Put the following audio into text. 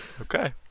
Okay